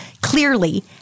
clearly